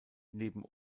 neben